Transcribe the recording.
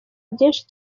bwinshi